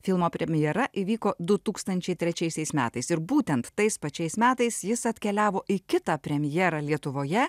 filmo premjera įvyko du tūkstančiai trečiaisiais metais ir būtent tais pačiais metais jis atkeliavo į kitą premjerą lietuvoje